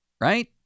Right